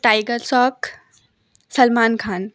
tiger सॉक सलमान ख़ान